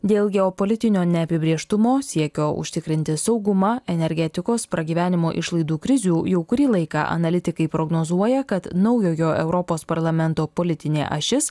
dėl geopolitinio neapibrėžtumo siekio užtikrinti saugumą energetikos pragyvenimo išlaidų krizių jau kurį laiką analitikai prognozuoja kad naujojo europos parlamento politinė ašis